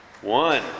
one